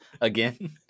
Again